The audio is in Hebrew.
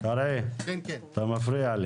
החברה הערבית הבדואית